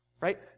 right